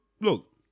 look